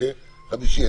בחמישי,